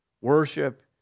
Worship